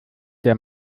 der